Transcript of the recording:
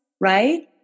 right